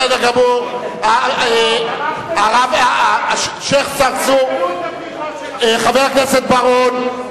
בסדר גמור, השיח' צרצור, חבר הכנסת בר-און.